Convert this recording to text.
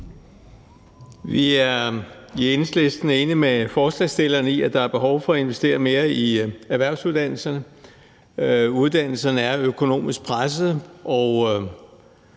Vi er i Enhedslisten enige med forslagsstillerne i, at der er behov for at investere mere i erhvervsuddannelserne. Uddannelserne er økonomisk presset, og